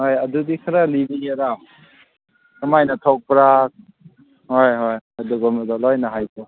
ꯍꯣꯏ ꯑꯗꯨꯗꯤ ꯈꯔ ꯂꯤꯕꯤꯒꯦꯔꯣ ꯀꯃꯥꯏꯅ ꯊꯣꯛꯄ꯭ꯔꯥ ꯍꯣꯏ ꯍꯣꯏ ꯑꯗꯨꯒꯨꯝꯕꯗꯣ ꯂꯣꯏꯅ ꯍꯥꯏꯕꯤꯌꯣ